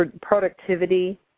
productivity